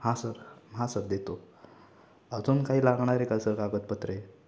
हां सर हां सर देतो अजून काही लागणार आहे का स कागदपत्रे